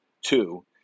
Two